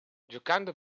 giocando